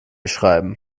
schreiben